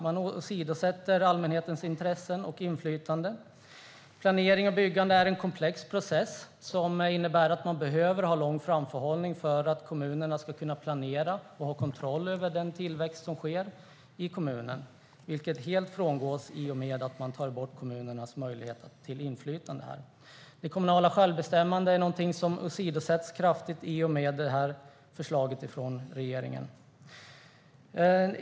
Man åsidosätter allmänhetens intressen och inflytande. Planering och byggande är en komplex process. Kommunerna behöver ha lång framförhållning för att kunna planera och ha kontroll över den tillväxt som sker i kommunen. Det frångås helt i och med att man tar bort kommunernas möjlighet till inflytande här. Det kommunala självbestämmandet är något som åsidosätts kraftigt i och med detta förslag från regeringen.